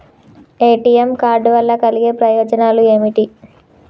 ATM card వల్ల కలిగే ప్రయోజనాలు ఏమిటి?